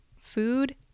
Food